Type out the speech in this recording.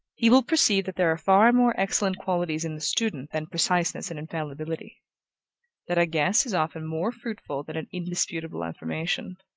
he will perceive that there are far more excellent qualities in the student than preciseness and infallibility that a guess is often more fruitful than an indisputable affirmation,